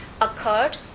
occurred